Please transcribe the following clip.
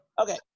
Okay